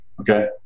Okay